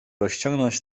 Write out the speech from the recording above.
rozciągnąć